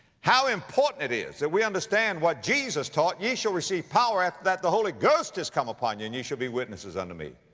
how important it is that we understand what jesus taught. ye shall receive power after that the holy ghost is come upon you and ye shall be witnesses unto me.